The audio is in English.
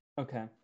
Okay